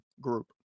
group